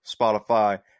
Spotify